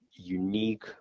unique